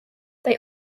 they